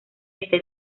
este